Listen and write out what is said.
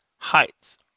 Heights